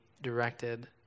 directed